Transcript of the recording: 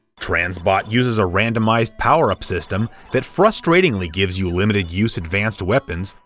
transbot uses a randomized power-up system that frustratingly, gives you limited-use advanced weapons,